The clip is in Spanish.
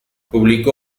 publicó